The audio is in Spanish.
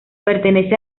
pertenece